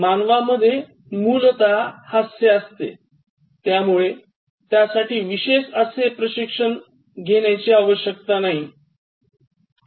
मानवामध्येय मूलतः हास्य असते त्यामुळे त्यासाठी विशेष असे प्रशिक्षण देण्याची आवश्यकता नाही